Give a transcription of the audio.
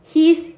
he's